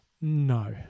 No